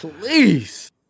Please